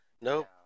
Nope